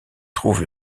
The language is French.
trouve